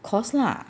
of course lah